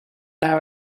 now